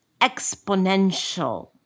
exponential